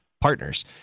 partners